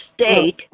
state